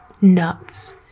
Nuts